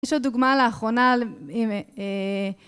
יש עוד דוגמה לאחרונה